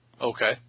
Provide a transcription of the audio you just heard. Okay